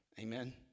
Amen